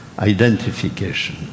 identification